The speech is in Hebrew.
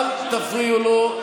אל תפריעו לו,